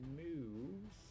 moves